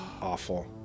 awful